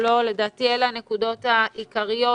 לדעתי אלה הנקודות העיקריות.